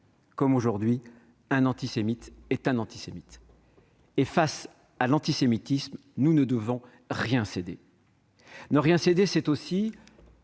comme aujourd'hui, un antisémite est un antisémite. Et face à l'antisémitisme, nous ne devons rien céder. Ne rien céder, c'est aussi